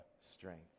strength